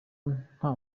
nta